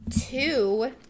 two